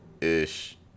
Ish